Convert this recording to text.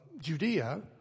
Judea